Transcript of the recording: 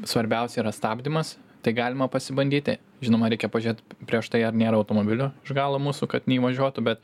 svarbiausia yra stabdymas tai galima pasibandyti žinoma reikia pažiūrėt prieš tai ar nėra automobilių iš galo mūsų kad neįvažiuotų bet